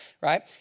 right